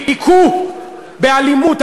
הכו באלימות.